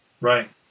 Right